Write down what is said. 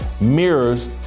mirrors